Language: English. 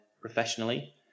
professionally